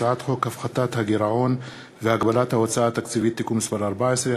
הצעת חוק הפחתת הגירעון והגבלת ההוצאה התקציבית (תיקון מס' 14),